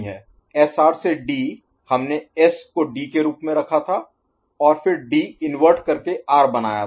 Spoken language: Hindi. एसआर से डी हमने एस को डी के रूप में रखा था और फिर डी इन्वर्ट करके आर बनाया था